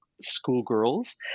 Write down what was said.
schoolgirls